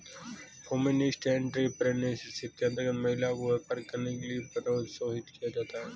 feminist entrepreneurship के अंतर्गत महिला को व्यापार करने के लिए प्रोत्साहित किया जाता है